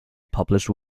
published